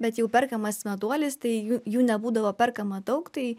bet jau perkamas meduolis tai jų jų nebūdavo perkama daug tai